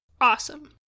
Awesome